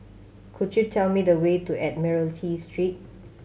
could you tell me the way to Admiralty Street